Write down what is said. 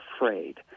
afraid